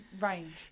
range